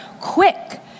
quick